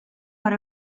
per